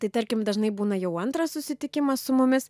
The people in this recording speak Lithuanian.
tai tarkim dažnai būna jau antras susitikimas su mumis